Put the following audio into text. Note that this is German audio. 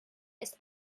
ist